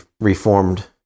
reformed